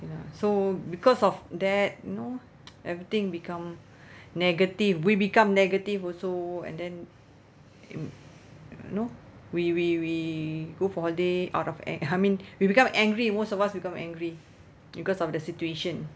kay la so because of that you know everything become negative we become negative also and then you know we we we go for holiday out of a~ I mean we become angry most of us become angry because of the situation